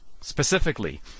Specifically